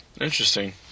Interesting